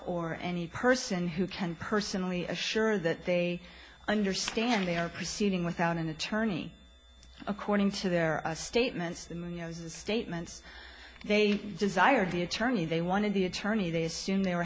or any person who can personally assure that they understand they are proceeding without an attorney according to their statements you know the statements they desired the attorney they wanted the attorney they assume they were